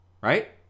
right